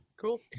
cool